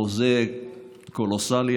חוזה קולוסלי,